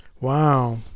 wow